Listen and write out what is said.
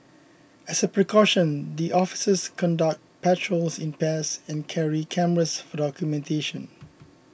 as a precaution the officers conduct patrols in pairs and carry cameras for documentation